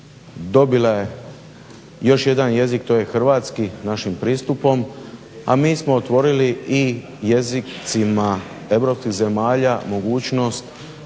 dobila je još jedan jezik, to je hrvatski, našim pristupom, a mi smo otvorili i jezicima europskih zemalja mogućnost